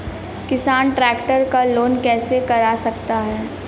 किसान ट्रैक्टर का लोन कैसे करा सकता है?